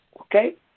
Okay